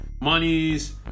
monies